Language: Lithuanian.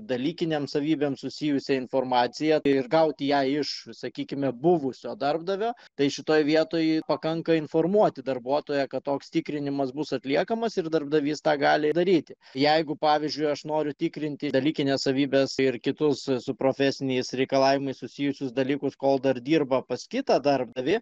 dalykinėms savybėms susijusią informaciją ir gauti ją iš sakykime buvusio darbdavio tai šitoje vietoj pakanka informuoti darbuotoją kad toks tikrinimas bus atliekamas ir darbdavys tą gali daryti jeigu pavyzdžiui aš noriu tikrinti dalykines savybes ir kitus su profesiniais reikalavimais susijusius dalykus kol dar dirba pas kitą darbdavį